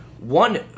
One